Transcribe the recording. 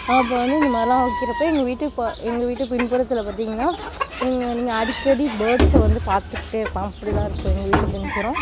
நான் இப்போ வந்து இந்தமாதிரிலாம் வைக்கிறப்போ எங்கள் வீட்டு கொ எங்கள் வீட்டு பின்புறத்தில் பார்த்திங்கனா நீங்கள் நீங்கள் அடிக்கடி பேர்ட்ஸ வந்து பார்த்துக்ட்டே இருக்கலாம் அப்படி தான் இருக்கும் எங்கள் வீட்டு பின்புறம்